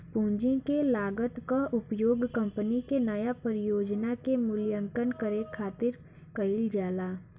पूंजी के लागत कअ उपयोग कंपनी के नया परियोजना के मूल्यांकन करे खातिर कईल जाला